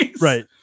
Right